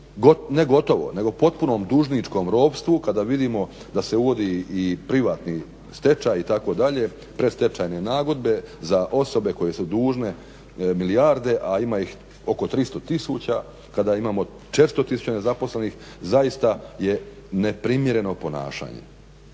ne gotovo nego potpuno dužničkom ropstvu kada vidimo da se uvodi i privatni stečaj itd, predstečajne nagodbe za osobe koje su dužne milijarde a ima ih oko 300 tisuća, kada imamo 400 tisuća nezaposlenih zaista je neprimjereno ponašanje.